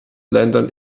ländern